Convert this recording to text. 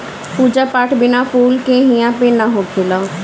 पूजा पाठ बिना फूल के इहां पे ना होखेला